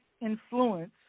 influence